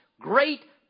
great